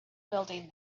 building